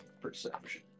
Perception